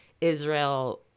Israel